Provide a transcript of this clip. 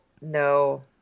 no